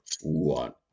one